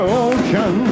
ocean